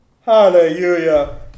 Hallelujah